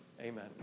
Amen